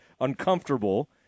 uncomfortable